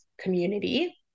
community